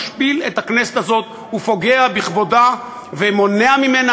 משפיל את הכנסת הזאת ופוגע בכבודה ומונע ממנה,